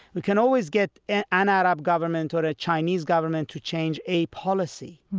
we can always get an arab government or a chinese government to change a policy,